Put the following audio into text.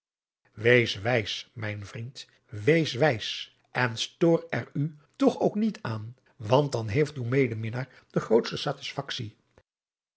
wees wijs mijn vriend wee wijs en stoor er u toch ook niet aan want dan heeft uw medeminnaar de grootste